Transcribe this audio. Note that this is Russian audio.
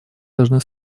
должны